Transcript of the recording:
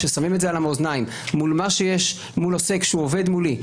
כששמים את זה על המאזניים מול מה שיש מול עוסק שהוא עובד מולי,